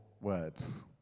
words